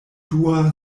dua